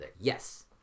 Yes